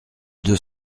deux